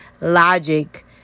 logic